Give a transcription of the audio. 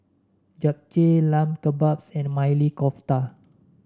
Japchae Lamb Kebabs and Maili Kofta